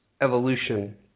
evolution